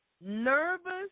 nervous